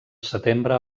setembre